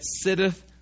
sitteth